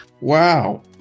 Wow